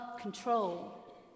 control